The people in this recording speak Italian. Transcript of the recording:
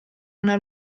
una